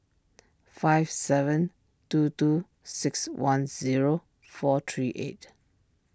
five seven two two six one zero four three eight